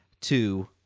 two